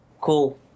cool